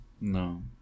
No